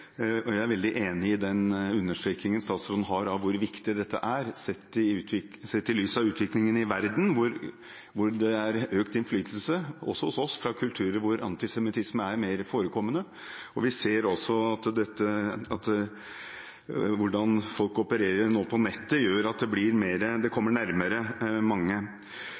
Jeg er veldig enig i statsrådens understrekning av hvor viktig dette er, sett i lys av utviklingen i verden, hvor det er økt innflytelse – også hos oss – fra kulturer hvor antisemittisme er mer forekommende. Vi ser også at hvordan folk nå opererer på nettet, gjør at dette kommer nærmere mange. Så det er bra at det